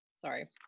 sorry